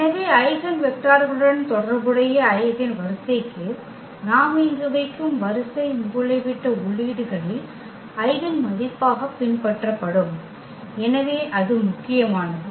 எனவே ஐகென் வெக்டர்களுடன் தொடர்புடைய வரிசைக்கு நாம் இங்கு வைக்கும் வரிசை மூலைவிட்ட உள்ளீடுகளில் ஐகென் மதிப்பாக பின்பற்றப்படும் எனவே அது முக்கியமானது